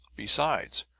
besides,